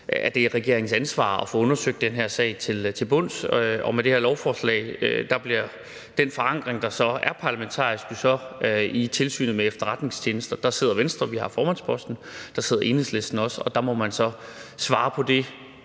det er regeringens ansvar at få undersøgt den her sag til bunds. Og med det her lovforslag bliver det så forankret parlamentarisk i Tilsynet med Efterretningstjenesterne. Der sidder Venstre, vi har formandsposten, og der sidder Enhedslisten også, og der må man så svare på det